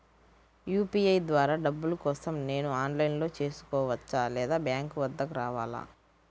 UPI ద్వారా డబ్బులు కోసం నేను ఆన్లైన్లో చేసుకోవచ్చా? లేదా బ్యాంక్ వద్దకు రావాలా?